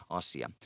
asia